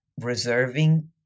reserving